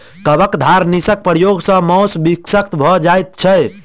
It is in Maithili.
कवचधारीनाशक प्रयोग सॅ मौस विषाक्त भ जाइत छै